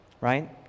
right